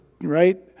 right